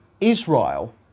Israel